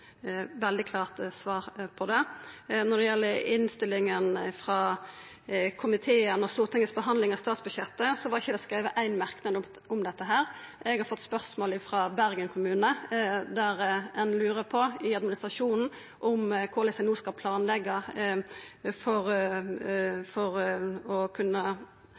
veldig klart svar på det? Når det gjeld innstillinga frå komiteen og Stortingets behandling av statsbudsjettet, var det ikkje skrive éin merknad om dette. Eg har fått spørsmål frå Bergen kommune, der ein lurer på i administrasjonen om korleis ein no skal planleggja for å kunna